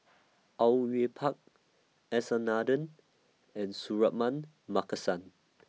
Au Yue Pak S R Nathan and Suratman Markasan